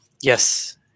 Yes